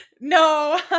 No